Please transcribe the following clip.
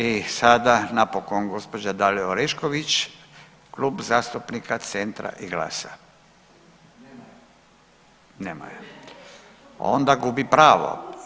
I sada napokon gospođa Dalija Orešković Klub zastupnika Centra i GLAS-a. nema je, onda gubi pravo.